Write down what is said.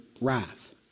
wrath